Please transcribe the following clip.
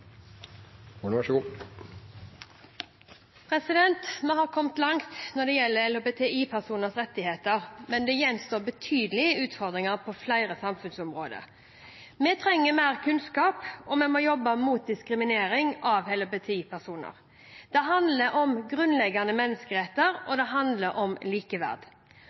Vi har kommet langt når det gjelder LHBTI-personers rettigheter, men det gjenstår betydelige utfordringer på flere samfunnsområder. Vi trenger mer kunnskap, og vi må jobbe mot diskriminering av LHBTI-personer. Det handler om grunnleggende menneskerettigheter, og det handler om likeverd.